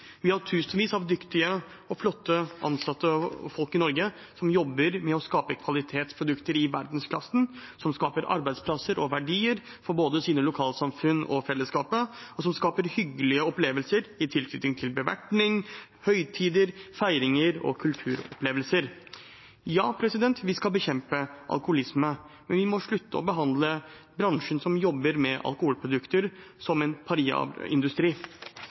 Vi har tusenvis av dyktige og flotte folk og ansatte i Norge som jobber med å skape kvalitetsprodukter i verdensklassen, som skaper arbeidsplasser og verdier for både lokalsamfunnet og fellesskapet, og som skaper hyggelige opplevelser i tilknytning til bevertning, høytider, feiringer og kulturopplevelser. Ja, vi skal bekjempe alkoholisme, men vi må slutte å behandle bransjen som jobber med alkoholprodukter, som en